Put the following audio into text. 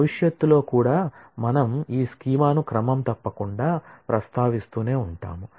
భవిష్యత్తులో కూడా మనం ఈ స్కీమాను క్రమం తప్పకుండా ప్రస్తావిస్తూనే ఉంటాము